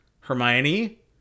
Hermione